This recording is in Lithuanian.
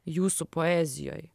jūsų poezijoj